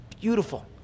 beautiful